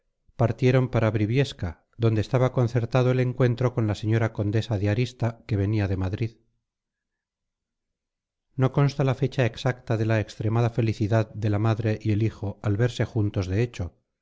partieron para briviesca donde estaba concertado el encuentro con la señora condesa de arista que venía de madrid no consta la fecha exacta de la extremada felicidad de la madre y el hijo al verse juntos de hecho